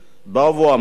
שבאו ואמרו: